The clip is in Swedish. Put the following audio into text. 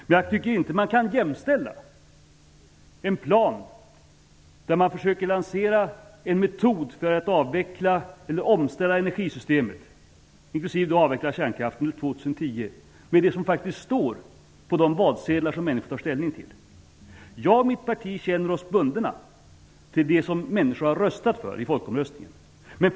Men jag tycker inte att man kan jämställa en plan för att försöka lansera en metod i syfte att ställa om energisystemet, inkl. avveckla kärnkraften till år 2010, med det som faktiskt står på de valsedlar som människor tog ställning till. Jag och mitt parti känner oss bundna till det som människor har röstat för i folkomröstningen.